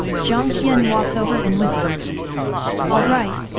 jiang tian walked over and whispered alright,